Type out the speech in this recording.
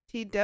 TW